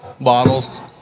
bottles